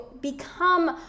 become